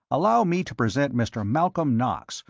allow me to present mr. malcolm knox,